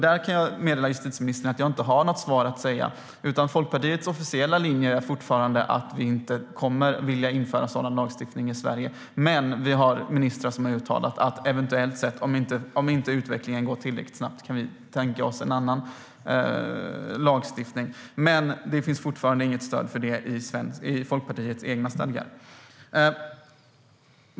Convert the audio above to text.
Där kan jag meddela justitieministern att jag inte har något svar att ge. Folkpartiets officiella linje är fortfarande att vi inte kommer att vilja införa en sådan lagstiftning. Men vi har haft ministrar som uttalat att vi eventuellt kan tänka oss en annan lagstiftning om inte utvecklingen går tillräckligt snabbt. Det finns dock fortfarande inget stöd för det i Folkpartiets stadgar.